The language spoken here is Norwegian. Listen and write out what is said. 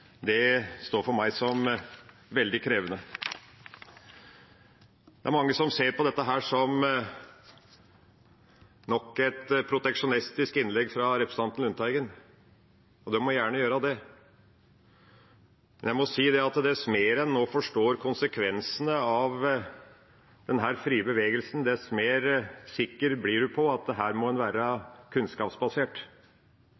står for meg som veldig krevende. Det er mange som ser på dette som nok et proteksjonistisk innlegg fra representanten Lundteigen, og de må gjerne gjøre det, men jeg må si at dess mer en nå forstår konsekvensene av denne frie bevegelsen, dess mer sikker blir en på at en må være kunnskapsbasert. Vi har nå en